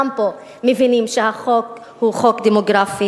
כולם פה מבינים שהחוק הוא חוק דמוגרפי.